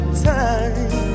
time